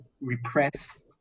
repress